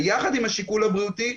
ויחד עם השיקול הבריאותי,